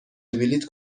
بلیط